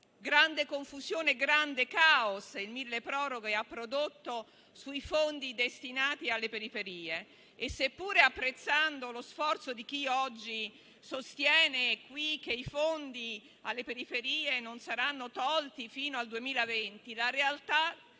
grande confusione e grande caos il milleproroghe ha prodotto sui fondi destinati alle periferie e, seppur apprezzando lo sforzo di chi oggi sostiene qui che i fondi alle periferie non saranno tolti fino al 2020, la realtà